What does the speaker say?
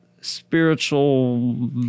Spiritual